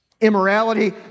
Immorality